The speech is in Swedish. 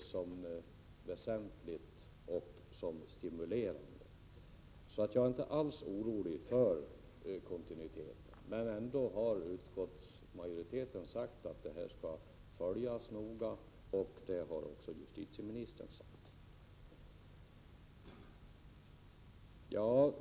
Det känns väsentligt och stimulerande att vara nämndeman. Jag är därför inte alls orolig för kontinuiteten. Utskottsmajoriteten har ändå sagt att utvecklingen skall följas noga. Detta har också justitieministern uttalat.